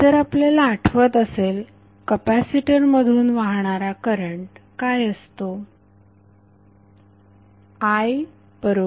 जर आपणाला आठवत असेल कपॅसिटर मधून वाहणारा करंट काय असतो